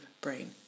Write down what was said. brain